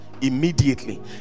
immediately